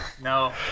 No